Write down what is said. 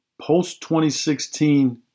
post-2016